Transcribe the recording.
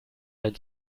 ein